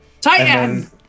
Titan